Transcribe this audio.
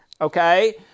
okay